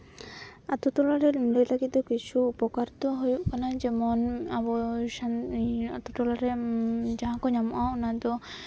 ᱟᱛᱳ ᱴᱚᱞᱟᱨᱮ ᱱᱤᱡᱮ ᱞᱟᱹᱜᱤᱫ ᱫᱚ ᱠᱤᱪᱷᱩ ᱩᱯᱚᱠᱟᱨ ᱫᱚ ᱦᱩᱭᱩᱜ ᱠᱟᱱᱟ ᱡᱮᱢᱚᱱ ᱟᱵᱚ ᱤᱧᱟᱹᱜ ᱟᱛᱳ ᱴᱚᱞᱟᱨᱮ ᱡᱟᱦᱟᱸ ᱠᱚ ᱧᱟᱢᱚᱜᱼᱟ ᱚᱱᱟ ᱫᱚ